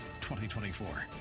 2024